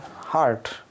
heart